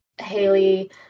Haley